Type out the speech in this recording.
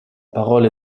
parole